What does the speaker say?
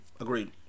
Agreed